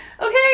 okay